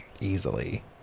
easily